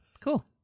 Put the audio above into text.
cool